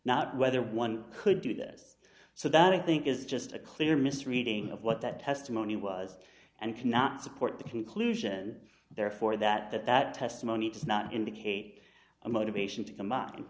not whether one could do this so that i think is just a clear misreading of what that testimony was and cannot support the conclusion therefore that that that testimony does not indicate a motivation to com